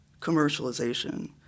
commercialization